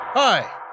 Hi